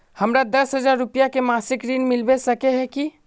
हमरा दस हजार रुपया के मासिक ऋण मिलबे सके है की?